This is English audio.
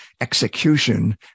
execution